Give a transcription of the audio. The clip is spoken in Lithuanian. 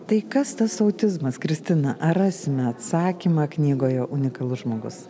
tai kas tas autizmas kristina ar rasime atsakymą knygoje unikalus žmogus